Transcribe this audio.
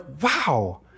wow